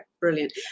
brilliant